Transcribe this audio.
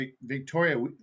Victoria